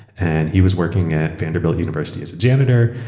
and he was working at vanderbilt university as a janitor.